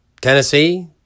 Tennessee